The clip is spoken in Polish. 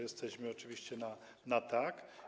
Jesteśmy oczywiście na tak.